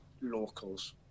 locals